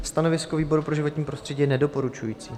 Stanovisko výboru pro životní prostředí je nedoporučující.